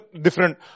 different